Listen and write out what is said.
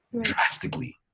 drastically